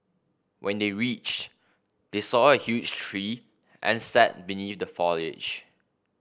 when they reached they saw a huge tree and sat beneath the foliage